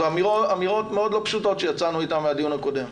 אלה אמירות מאוד לא פשוטות שיצאנו איתן מהדיון הקודם.